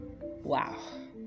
wow